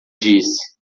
disse